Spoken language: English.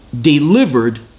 delivered